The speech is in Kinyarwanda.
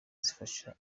zifasha